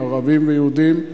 ערבים ויהודים,